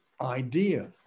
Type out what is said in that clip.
idea